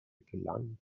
gelang